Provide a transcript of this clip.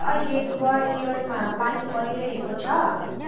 के अहिले ग्वालियरमा पानी परिरहेको छ